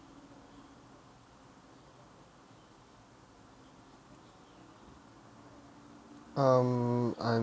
um I'm